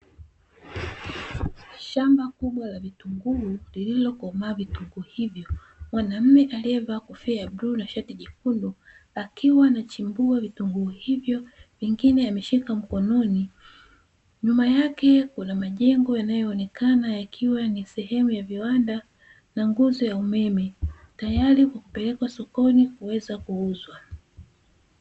Shamba kubwa la vitunguu, lililokomaa vitunguu hivyo, mwanamme aliyevaa kofia ya bluu na shati jekundu, akiwa anachimbua vitunguu hivyo vingine ameshika mkononi, nyuma yake kuna majengo yanayoonekana kuwa ni sehemu ya viwanda na nguzo ya umeme, tayari kupeleka sokoni kuweza kuuzwa.